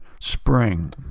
spring